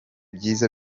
byiza